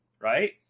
right